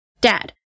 Dad